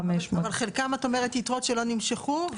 אבל חלקן את אומרת יתרות שלא נמשכו.